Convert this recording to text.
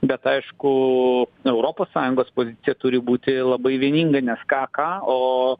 bet aišku europos sąjungos pozicija turi būti labai vieninga nes ką ką o